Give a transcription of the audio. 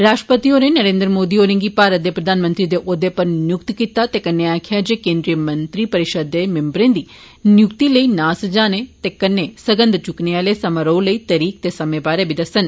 राष्ट्रपति होरें नरेंद्र मोदी होरें गी भारत दे प्रधानमंत्री दे ओहदे पर नियुक्त कीता ऐ ते कन्नै आक्खेआ जे केंद्री मंत्री परिषद दे मिम्बरें दी नियुक्ति लेई नां सुझान ते कन्नै सगंघ चुक्कने आले समारोह लेई तरीक ते समें बारे बी दस्सन